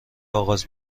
آغاز